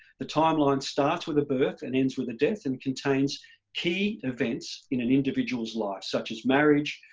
the timeline starts with a birth and ends with a death and contains key events in an individual's life such as marriage,